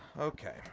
Okay